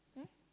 hmm